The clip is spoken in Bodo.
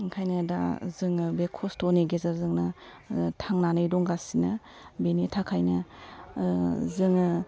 ओंखायनो दा जोङो बे खस्थनि गेजेरजोंनो थांनानै दंगासिनो बिनि थाखायनो जोङो